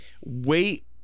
wait